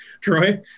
Troy